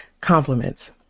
compliments